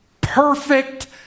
perfect